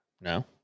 No